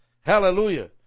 Hallelujah